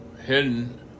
hidden